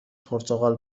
پرتغال